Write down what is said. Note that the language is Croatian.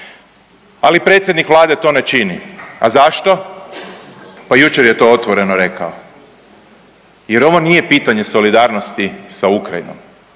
ali predsjednik Vlade to ne čini. A zašto? Pa jučer je to otvoreno rekao, jer ovo nije pitanje solidarnosti sa Ukrajinom